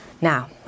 Now